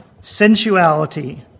sensuality